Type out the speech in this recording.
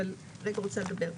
אבל אני רוצה רגע לדבר.